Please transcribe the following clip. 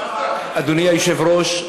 אדוני היושב-ראש,